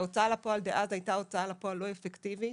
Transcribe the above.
ההוצאה לפועל דאז הייתה הוצאה לפועל לא אפקטיבית,